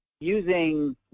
using